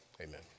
Amen